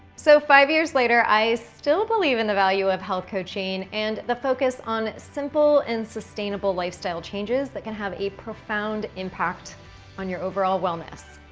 so five years later, i still believe in the value of health coaching and the focus on simple and sustainable lifestyle changes that can have a profound impact on your overall wellness.